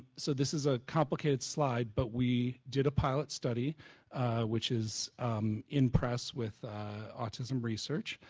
so this is a complicated slide but we did a pilot study which is in press with autism research.